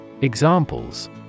Examples